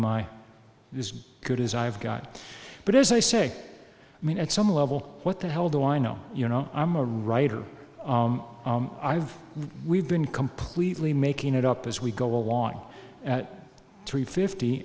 my is good as i've got but as i say i mean at some level what the hell do i know you know i'm a writer i've we've been completely making it up as we go along at three fifty